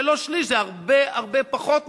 זה לא שליש, זה הרבה-הרבה פחות משליש.